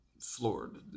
floored